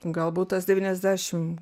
galbūt tas devyniasdešim